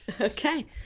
Okay